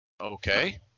Okay